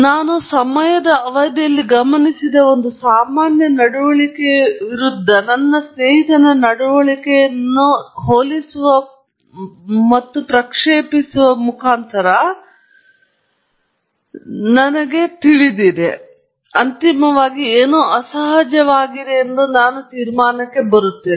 ನಾನು ಸಮಯದ ಅವಧಿಯಲ್ಲಿ ಗಮನಿಸಿದ ಒಂದು ಸಾಮಾನ್ಯ ನಡವಳಿಕೆ ವಿರುದ್ಧ ನನ್ನ ಸ್ನೇಹಿತನ ನಡವಳಿಕೆಯನ್ನು ಪ್ರಕ್ಷೇಪಿಸುವ ಮತ್ತು ನಂತರ ಎರಡೂ ಹೋಲಿಸುವ ಮತ್ತು ಚೆನ್ನಾಗಿ ನೋಡಿದ್ದಾಗ ಅಲ್ಲಿ ಒಂದು ದೊಡ್ಡ ವ್ಯತ್ಯಾಸವಿದೆ ಮತ್ತು ನಂತರ ಅಂತಿಮವಾಗಿ ಏನೋ ಅಸಹಜವಾಗಿದೆ ಒಂದು ತೀರ್ಮಾನಕ್ಕೆ ಬರುತ್ತೇವೆ